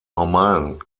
normalen